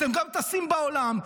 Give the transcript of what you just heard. אתם גם טסים בעולם,